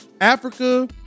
Africa